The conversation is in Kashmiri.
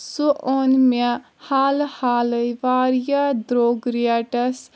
سُہ اوٚن مےٚ حالہٕ حالٕے واریاہ درٛوگ ریٹس